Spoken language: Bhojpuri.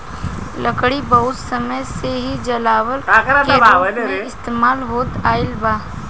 लकड़ी बहुत समय से ही जलावन के रूप में इस्तेमाल होत आईल बा